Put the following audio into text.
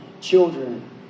Children